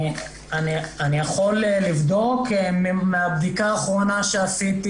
אני יכול לבדוק מהבדיקה האחרונה שעשיתי